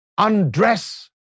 Undress